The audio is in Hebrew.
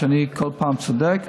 שאני כל פעם צודק.